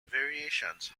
variations